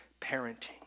parenting